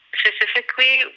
specifically